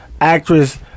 actress